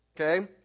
Okay